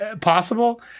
possible